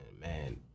man